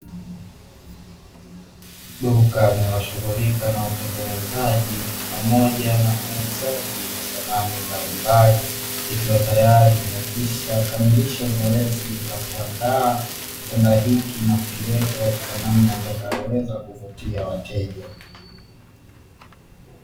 Duka linaloshughulika na utengenezaji pamoja na uuzaji wa samani mbalimbali, likiwa tayari limekwisha kamilisha zoezi la kuandaa kitanda hiki na kukiweka katika namna itakayoweza kuvutia wateja.